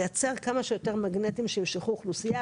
לייצר כמה שיותר מגנטים שימשכו אוכלוסייה,